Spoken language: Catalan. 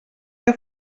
que